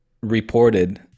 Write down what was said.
reported